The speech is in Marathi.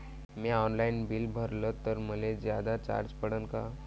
म्या ऑनलाईन बिल भरलं तर मले जादा चार्ज पडन का?